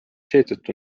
seetõttu